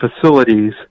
facilities